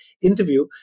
interview